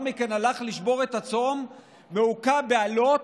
מכן הלך לשבור את הצום הוכה באלות,